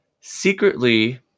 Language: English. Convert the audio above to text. secretly